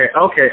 okay